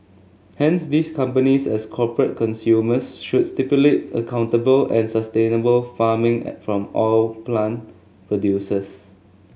hence these companies as corporate consumers should stipulate accountable and sustainable farming at from oil palm producers